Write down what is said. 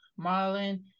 Marlon